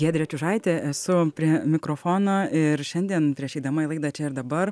giedrė čiužaitė esu prie mikrofono ir šiandien prieš eidama į laidą čia ir dabar